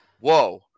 Whoa